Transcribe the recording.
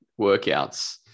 workouts